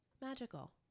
magical